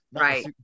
right